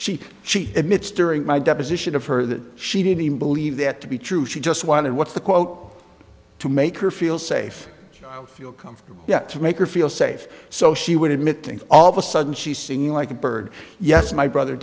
she she admits during my deposition of her that she didn't believe that to be true she just wanted what's the quote to make her feel safe feel comfortable to make her feel safe so she would admit to all of a sudden she's singing like a bird yes my brother